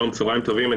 צהריים טובים.